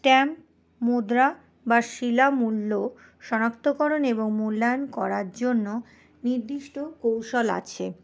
stamp মুদ্রা বা শিলা মূল্য শনাক্তকরণে ও মূল্যায়ন করার জন্য নির্দিষ্ট কৌশল আছে